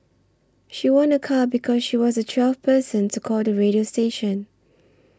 she won a car because she was the twelfth person to call the radio station